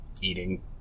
eating